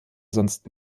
sonst